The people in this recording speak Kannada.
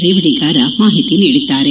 ರೇವಡಿಗಾರ ಮಾಹಿತಿ ನೀಡಿದ್ದಾರೆ